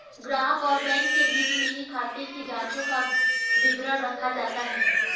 ग्राहक और बैंक के बीच में ही खाते की जांचों का विवरण रखा जाता है